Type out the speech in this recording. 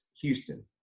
Houston